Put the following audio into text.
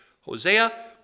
Hosea